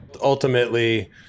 ultimately